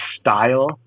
style